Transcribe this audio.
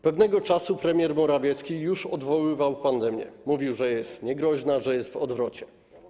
Pewnego czasu premier Morawiecki już odwoływał pandemię, mówił, że jest niegroźna, że jest w odwrocie.